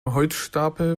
holzstapel